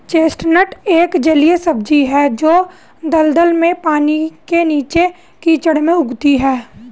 chestnut एक जलीय सब्जी है जो दलदल में, पानी के नीचे, कीचड़ में उगती है